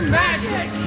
magic